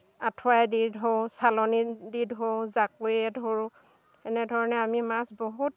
আঠুৱাই দি ধৰোঁ চালনীত দি ধৰোঁ জাকৈয়ে ধৰোঁ এনেধৰণে আমি মাছ বহুত